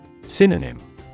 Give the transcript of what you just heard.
Synonym